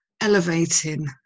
elevating